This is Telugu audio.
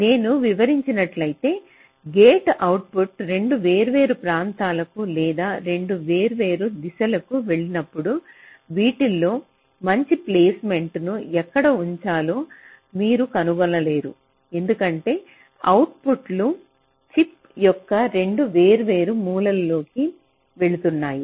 నేను వివరించినట్లయితే గేట్స్ అవుట్పుట్ 2 వేర్వేరు ప్రాంతాలకు లేదా 2 వేర్వేరు దిశలకు వెళ్ళినప్పుడు వీటిలో మంచి ప్లేస్మెంట్ను ఎక్కడ ఉంచాలో మీరు కనుగొనలేరు ఎందుకంటే అవుట్పుట్లు చిప్ యొక్క 2 వేర్వేరు మూలల్లోకి వెళ్తున్నాయి